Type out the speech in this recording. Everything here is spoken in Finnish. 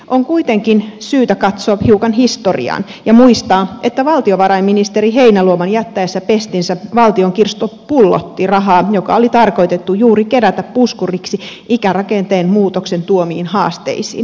on kuitenkin syytä katsoa hiukan historiaan ja muistaa että valtiovarainministeri heinäluoman jättäessä pestinsä valtion kirstu pullotti rahaa joka oli tarkoitettu juuri puskuriksi ikärakenteen muutoksen tuomiin haasteisiin terveydenhoidossa